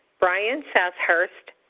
brian sass-hurst,